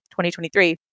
2023